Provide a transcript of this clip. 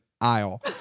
Aisle